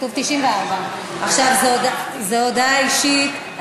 כתוב 94. זאת הודעה אישית.